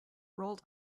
rolled